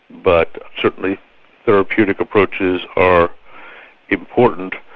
but certainly therapeutic approaches are important,